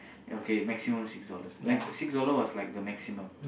okay maximum six dollars max six dollars was like the maximum